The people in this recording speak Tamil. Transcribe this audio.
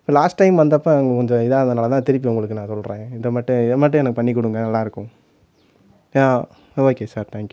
லாஸ்ட் டைம் வந்தப்போ கொஞ்சம் இதாக ஆனதினால தான் திருப்பி உங்களுக்கு நான் சொல்கிறேன் இதை மட்டும் இதை மட்டும் எனக்கு பண்ணிக்கொடுங்க நல்லாயிருக்கும் ஓகே சார் தேங்க்யூ